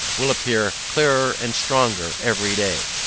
will appear clearer and stronger every day.